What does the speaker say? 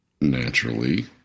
Naturally